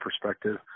perspective